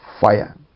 fire